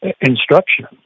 instruction